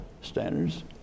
standards